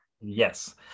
Yes